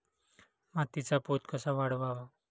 मातीचा पोत कसा वाढवावा?